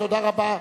תודה רבה.